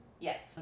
Yes